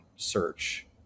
search